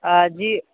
जी